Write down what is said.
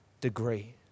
degree